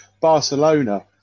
Barcelona